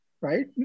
right